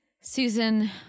Susan